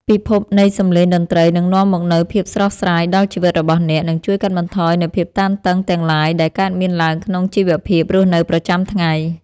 ពិភពនៃសម្លេងតន្ត្រីនឹងនាំមកនូវភាពស្រស់ស្រាយដល់ជីវិតរបស់អ្នក និងជួយកាត់បន្ថយនូវភាពតានតឹងទាំងឡាយដែលកើតមានឡើងក្នុងជីវភាពរស់នៅប្រចាំថ្ងៃ។